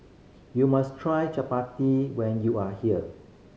you must try chappati when you are here